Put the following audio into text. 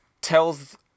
tells